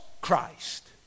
christ